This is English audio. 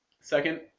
Second